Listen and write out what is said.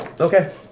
Okay